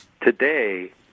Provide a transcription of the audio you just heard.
Today